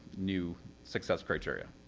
new success criteria.